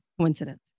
coincidence